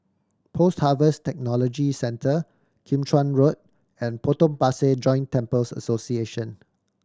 Post Harvest Technology Centre Kim Chuan Road and Potong Pasir Joint Temples Association